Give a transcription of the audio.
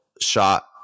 shot